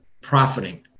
profiting